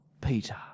Peter